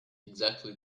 exactly